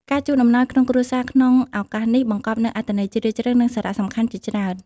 ការជូនអំណោយក្នុងគ្រួសារក្នុងឱកាសនេះបង្កប់នូវអត្ថន័យជ្រាលជ្រៅ និងសារៈសំខាន់ជាច្រើន។